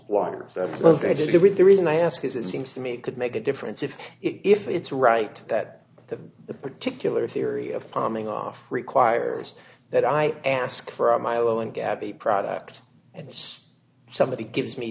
with the reason i ask is it seems to me it could make a difference if if it's right that the particular theory of palming off requires that i ask for a mile and gabby product and such somebody gives me